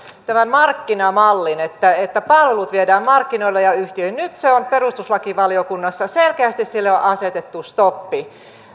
tämän markkinamallin että että palvelut viedään markkinoille ja yhtiöihin nyt se on perustuslakivaliokunnassa ja selkeästi sille on asetettu stoppi